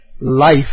life